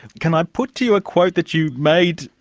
can i put to you a quote that you made,